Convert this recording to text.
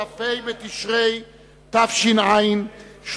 כ"ה בתשרי תש"ע,